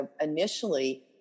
initially